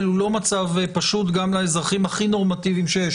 הוא לא מצב פשוט גם לאזרחים הכי נורמטיביים שיש,